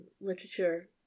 literature